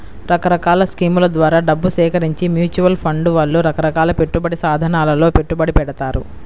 రకరకాల స్కీముల ద్వారా డబ్బు సేకరించి మ్యూచువల్ ఫండ్ వాళ్ళు రకరకాల పెట్టుబడి సాధనాలలో పెట్టుబడి పెడతారు